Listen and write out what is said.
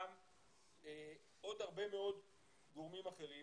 גם עוד הרבה מאוד גורמים אחרים,